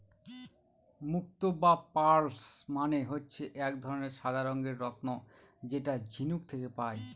মুক্ত বা পার্লস মানে হচ্ছে এক ধরনের সাদা রঙের রত্ন যেটা ঝিনুক থেকে পায়